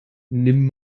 nimm